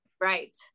Right